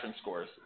scores